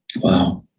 Wow